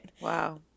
Wow